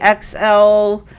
XL